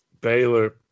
Baylor